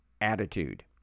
attitude